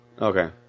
Okay